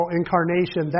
incarnation